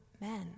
men